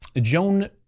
Joan